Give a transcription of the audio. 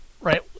right